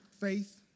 faith